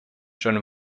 john